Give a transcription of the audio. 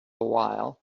while